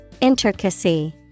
Intricacy